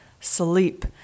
sleep